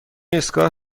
ایستگاه